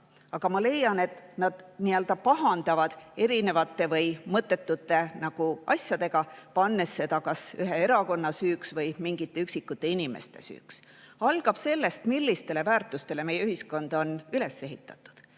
Aga ma leian, et nad pahandavad erinevate või nagu mõttetute asjadega, pannes seda kas ühe erakonna süüks või mingite üksikute inimeste süüks. Kõik algab sellest, millistele väärtustele meie ühiskond on üles ehitatud.